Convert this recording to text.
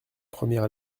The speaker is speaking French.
première